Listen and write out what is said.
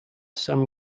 some